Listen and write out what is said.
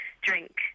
drink